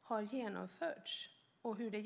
har genomförts. Hur gick det?